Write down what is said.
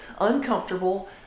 uncomfortable